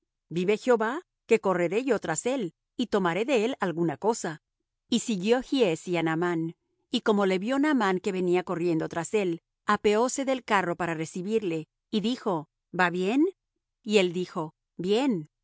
vive jehová que correré yo tras él y tomaré de él alguna cosa y siguió giezi á naamán y como le vió naamán que venía corriendo tras él apeóse del carro para recibirle y dijo va bien y él dijo bien